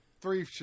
three